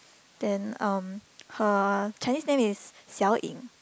then um her Chinese name is Xiao Ying